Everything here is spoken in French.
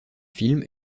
film